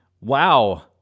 wow